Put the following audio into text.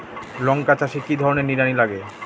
লঙ্কা চাষে কি ধরনের নিড়ানি লাগে?